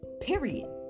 period